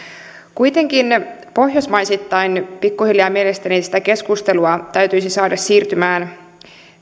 kuitenkin pohjoismaisittain pikkuhiljaa mielestäni sitä keskustelua täytyisi saada siirtymään